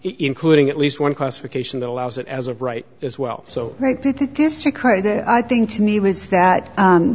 including at least one classification that allows it as of right as well so i think to me was that